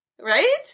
Right